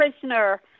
prisoner